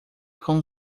con